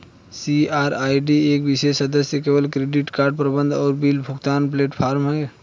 CRED एक विशेष सदस्य केवल क्रेडिट कार्ड प्रबंधन और बिल भुगतान प्लेटफ़ॉर्म है